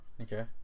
Okay